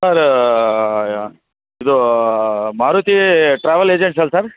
sir ಇದು Maruti travel agency ಅಲಾ sir